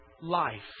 life